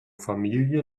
familie